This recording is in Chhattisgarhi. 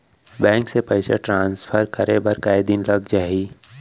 बैंक से पइसा ट्रांसफर करे बर कई दिन लग जाही?